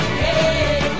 hey